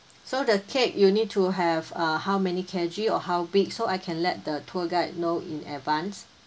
so the cake you need to have uh how many K_G or how big so I can let the tour guide know in advance